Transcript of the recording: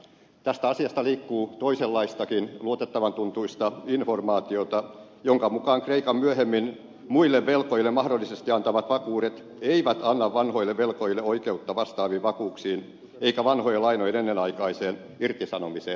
tästä asiasta liikkuu toisenlaistakin luotettavan tuntuista informaatiota jonka mukaan kreikan myöhemmin muille velkojille mahdollisesti antamat vakuudet eivät anna vanhoille velkojille oikeutta vastaaviin vakuuksiin eikä vanhojen lainojen ennenaikaiseen irtisanomiseen